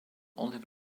olive